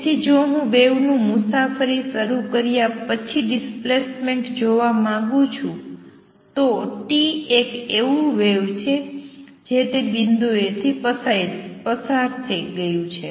તેથી જો હું વેવનું મુસાફરી શરૂ કર્યા પછી ડિસ્પ્લેસમેન્ટ જોવા માંગુ છું તો t એક એવું વેવ છે જે તે બિંદુએથી પસાર થઈ ગયું છે